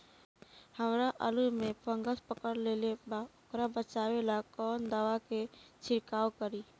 हमरा आलू में फंगस पकड़ लेले बा वोकरा बचाव ला कवन दावा के छिरकाव करी?